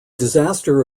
disaster